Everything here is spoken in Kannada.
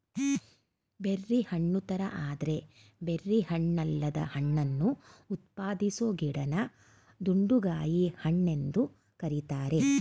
ಬೆರ್ರಿ ಹಣ್ಣುತರ ಆದ್ರೆ ಬೆರ್ರಿ ಹಣ್ಣಲ್ಲದ ಹಣ್ಣನ್ನು ಉತ್ಪಾದಿಸೊ ಗಿಡನ ದುಂಡುಗಾಯಿ ಹಣ್ಣೆಂದು ಕರೀತಾರೆ